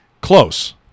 close